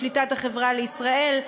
בשליטת "החברה לישראל",